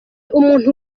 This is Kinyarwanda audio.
umuntu